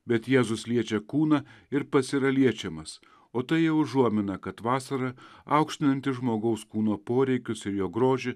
bet jėzus liečia kūną ir pats yra liečiamas o tai jau užuomina kad vasara aukštinanti žmogaus kūno poreikius ir jo grožį